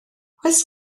oes